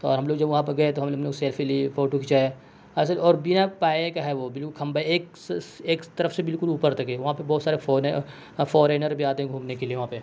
اور ہم لوگ جب وہاں پر گیے تو ہم لوگ سیلفی لیے فوٹو کھینچائے اچھا اور بنا پائے کا ہے وہ بالکل کھمبا ایک سے ایک طرف سے بالکل اوپر تک ہے وہاں پہ بہت سے بھی بہت سارے آتے ہیں گھومنے کے لیے وہاں پہ